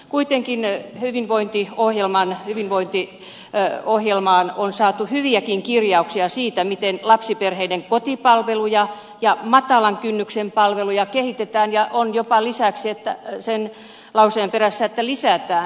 kuitenkin hyvinvointiohjelmaan on saatu hyviäkin kirjauksia siitä miten lapsiperheiden kotipalveluja ja matalan kynnyksen palveluja kehitetään on jopa lisäksi sen lauseen perässä että lisätään